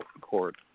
court